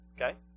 Okay